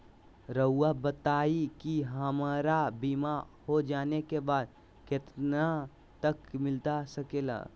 रहुआ बताइए कि हमारा बीमा हो जाने के बाद कितना तक मिलता सके ला?